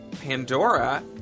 Pandora